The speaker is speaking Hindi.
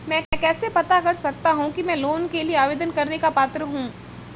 मैं कैसे पता कर सकता हूँ कि मैं लोन के लिए आवेदन करने का पात्र हूँ?